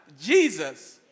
Jesus